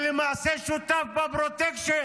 למעשה שותף בפרוטקשן.